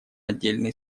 отдельные